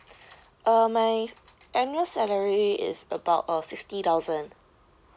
uh my annual salary is about uh fifty thousand